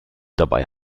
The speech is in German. dabei